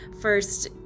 first